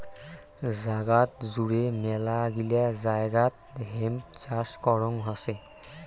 জাগাত জুড়ে মেলাগিলা জায়গাত হেম্প চাষ করং হসে